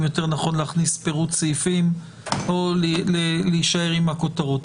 יותר נכון להכניס פירוט סעיפים או להישאר עם הכותרות,